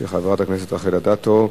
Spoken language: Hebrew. לוועדת העבודה,